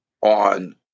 on